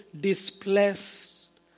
displaced